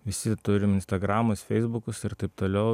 visi turim instagramas feisbukus ir taip toliau